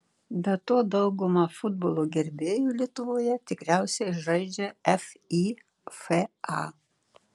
be to dauguma futbolo gerbėjų lietuvoje tikriausiai žaidžia fifa